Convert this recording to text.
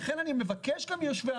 לכן אני מבקש כאן מיושבי-הראש,